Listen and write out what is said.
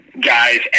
guys